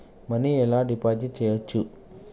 Money ఎలా deposit చేయచ్చు?